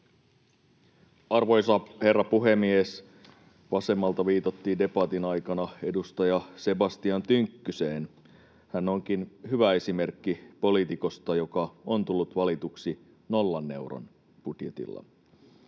Arvoisa herra puhemies! Vasemmalta viitattiin debatin aikana edustaja Sebastian Tynkkyseen. Hän onkin hyvä esimerkki poliitikosta, joka on tullut valituksi nollan euron budjetilla.